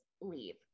Leave